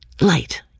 Light